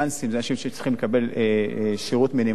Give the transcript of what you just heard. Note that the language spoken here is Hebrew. אלה אנשים שצריכים לקבל שירות מינימלי.